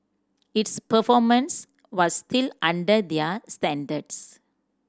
its performance was still under their standards